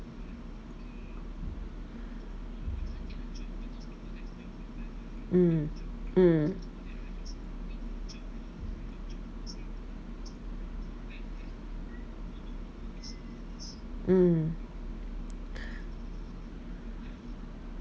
mm mm mm